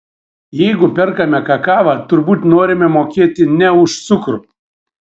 jeigu perkame kakavą turbūt norime mokėti ne už cukrų